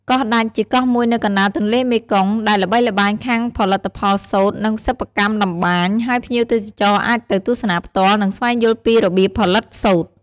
កោះដាច់ ជាកោះមួយនៅកណ្តាលទន្លេមេគង្គ ដែលល្បីល្បាញខាងផលិតផលសូត្រ និងសិប្បកម្មតម្បាញ ហើយភ្ញៀវទេសចរអាចទៅទស្សនាផ្ទាល់ និងស្វែងយល់ពីរបៀបផលិតសូត្រ។